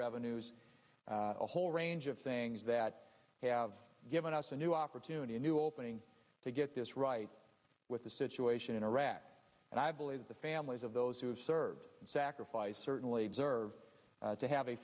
revenues a whole range of things that have given us a new opportunity a new opening to get this right with the situation in iraq and i believe the families of those who have served and sacrificed certainly deserve to have a